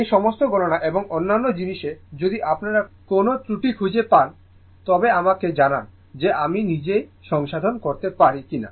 এই সমস্ত গণনা এবং অন্যান্য জিনিসে যদি আপনারা কোনও ত্রুটি খুঁজে পাই তবে আমাকে জানান যে আমি নিজেকে সংশোধন করতে পারি কিনা